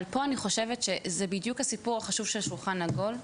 אבל פה אני חושבת שזה בדיוק הסיפור החשוב של שולחן עגול,